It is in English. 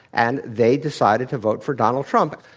and they decided to vote for donald trump.